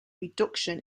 reduction